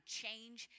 change